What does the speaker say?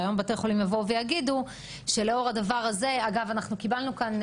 שהיום בתי חולים יבואו ויגידו שלאור הדבר הזה הם לא